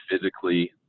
physically